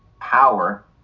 power